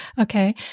Okay